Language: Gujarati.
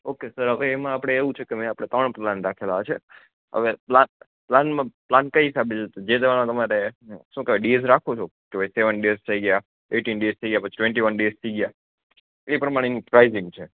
ઓકે સર હવે એમાં આપડે એવું છે કે આપડે ત્રણ પ્લાન રાખેલા છે હવે પ્લાન પ્લાનમાં પ્લાન કઈ હિસાબે જે દ્રારા તમારે શું કેવાય ડીએસ રાખો છો સેવન ડેસ થઈ ગયા એટીન ડેસ ગયા પછી ટવેન્ટી વન્સ ડેસ થઈ ગયા એ પ્રમાણેની એની પ્રાઈજિંગ છે